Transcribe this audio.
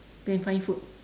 go and find food